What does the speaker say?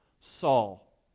Saul